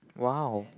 !wow!